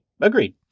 Agreed